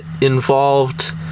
involved